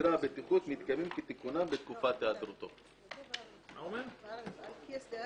שסדרי הבטיחות מתקיימים כתקנם בתקופת היעדרותו של קצין